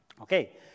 Okay